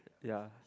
ya